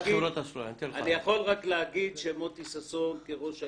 אני יכול רק להגיד שמוטי ששון כראש העיר,